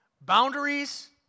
Boundaries